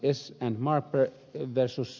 and marper v